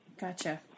Gotcha